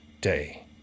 day